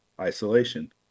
isolation